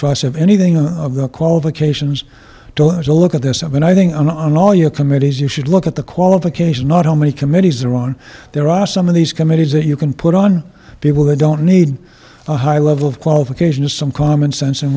trust have anything of the qualifications as a look at this i mean i think on all your committees you should look at the qualifications not how many committees are on there are some of these committees that you can put on people who don't need a high level of qualifications some common sense and